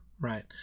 Right